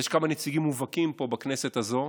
יש כמה נציגים מובהקים פה, בכנסת הזאת,